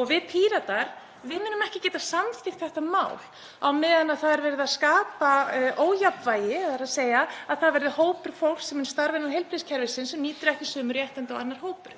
og við Píratar munum ekki geta samþykkt þetta mál á meðan það er verið að skapa ójafnvægi, þ.e. að það verði hópur fólks sem mun starfa innan heilbrigðiskerfisins sem nýtur ekki sömu réttinda og annar hópur.